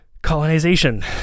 colonization